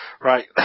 Right